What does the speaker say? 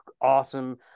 awesome